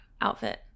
outfit